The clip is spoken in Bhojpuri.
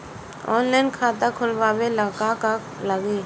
ऑनलाइन खाता खोलबाबे ला का का लागि?